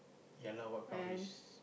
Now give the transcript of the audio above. ya lah what kind of risk